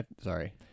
sorry